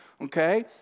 okay